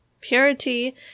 Purity